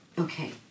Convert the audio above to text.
Okay